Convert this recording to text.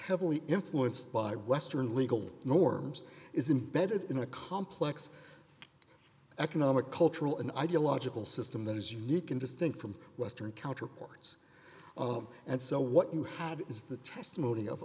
heavily influenced by western legal norms is imbedded in a complex economic cultural an ideological system that is unique and distinct from western counterparts and so what you had is the testimony of